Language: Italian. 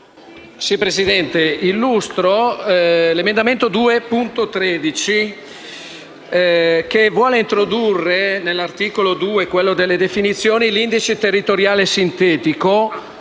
Presidente, illustro l'emendamento 2.13 che vuole introdurre, all'articolo 2, tra le definizioni, l'«indice territoriale sintetico»